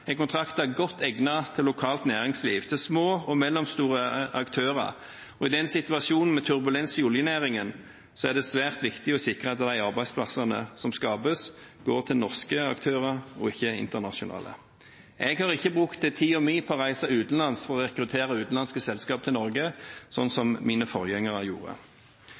er kontrakter godt egnet for lokalt næringsliv, for små og mellomstore aktører. I situasjonen med turbulens i oljenæringen er det svært viktig å sikre at de arbeidsplassene som skapes, går til norske aktører og ikke internasjonale. Jeg har ikke brukt tiden min på å reise utenlands for å rekruttere utenlandske selskaper til Norge, slik mine forgjengere gjorde.